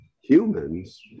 humans